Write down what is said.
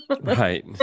right